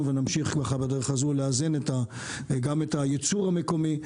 ונמשיך ככה בדרך הזו לאזן גם את הייצור המקומי,